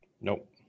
Nope